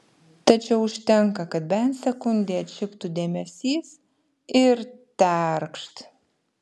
tačiau užtenka kad bent sekundei atšiptų dėmesys ir terkšt